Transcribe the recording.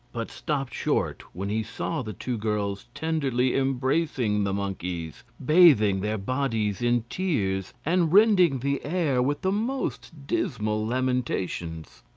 but stopped short when he saw the two girls tenderly embracing the monkeys, bathing their bodies in tears, and rending the air with the most dismal lamentations.